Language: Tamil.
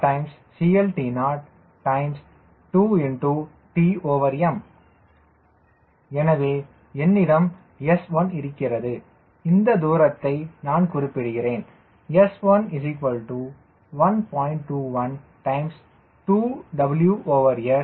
212WSCLTO2Tm எனவே என்னிடம் S1 இருக்கிறது இந்த தூரத்தை நான் குறிப்பிடுகிறேன் s1 1